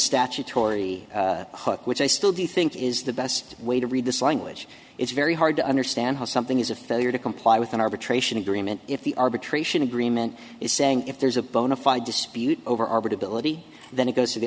statutory hook which i still do think is the best way to read this language it's very hard to understand how something is a failure to comply with an arbitration agreement if the arbitration agreement is saying if there's a bona fide dispute over our bid ability then it goes to the